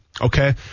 okay